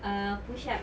err push-up